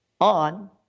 On